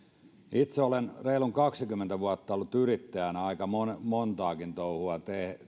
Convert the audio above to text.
itse olen reilut kaksikymmentä vuotta ollut yrittäjänä aika montaakin touhua